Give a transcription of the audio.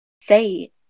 say